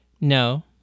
No